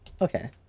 Okay